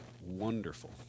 wonderful